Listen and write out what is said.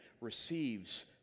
receives